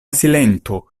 silento